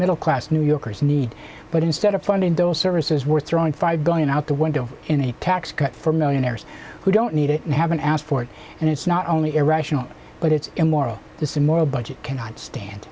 middle class new yorkers need but instead of funding those services we're throwing five going out the window in a tax cut for millionaires who don't need it and haven't i asked for it and it's not only irrational but it's immoral it's immoral budget cannot stand